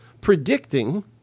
predicting